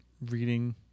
reading